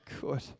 good